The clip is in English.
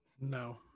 No